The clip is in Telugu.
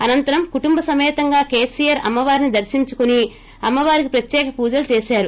అనంతరం కుటుంబసమేతంగా కేసిఆర్ అమ్మవారిని దర్పించుకుని అమ్మ వారికి ప్రత్యేక పూజలు చేశారు